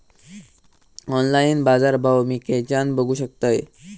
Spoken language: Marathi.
ऑनलाइन बाजारभाव मी खेच्यान बघू शकतय?